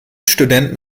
studenten